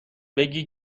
بگی